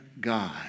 God